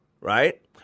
right